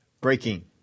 breaking